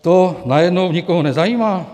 To najednou nikoho nezajímá?